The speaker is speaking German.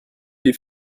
die